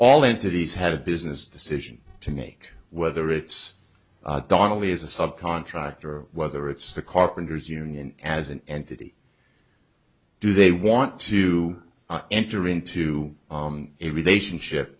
all entities had a business decision to make whether it's donnelly is a subcontractor whether it's the carpenters union as an entity do they want to enter into a relationship